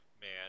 Man